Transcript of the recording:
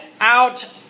out